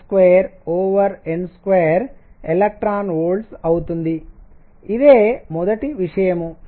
6 Z2n2 eV అవుతుంది ఇదే మొదటి విషయం